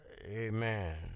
Amen